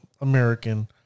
American